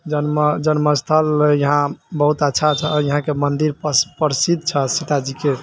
जन्मस्थल यहाँ बहुत अच्छा अच्छा यहाँके मन्दिर प्रसिद्ध छऽ सीताजीके